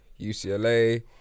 UCLA